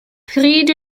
pryd